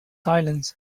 silence